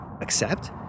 accept